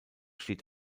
steht